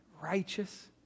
righteous